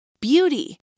beauty